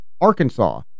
arkansas